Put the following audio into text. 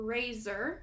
Razor